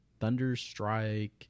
Thunderstrike